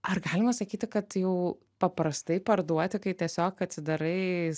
ar galima sakyti kad jau paprastai parduoti kai tiesiog atsidarai